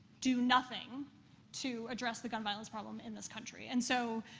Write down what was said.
do nothing to address the gun-violence problem in this country. and so,